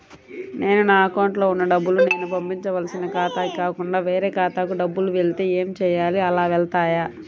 నేను నా అకౌంట్లో వున్న డబ్బులు నేను పంపవలసిన ఖాతాకి కాకుండా వేరే ఖాతాకు డబ్బులు వెళ్తే ఏంచేయాలి? అలా వెళ్తాయా?